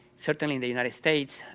certainly in the united states,